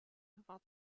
war